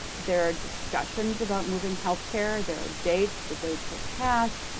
there are discussions about moving healthcare. there are dates. the dates have passed.